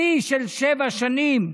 שיא של שבע שנים,